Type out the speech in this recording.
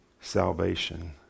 salvation